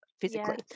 physically